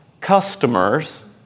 customers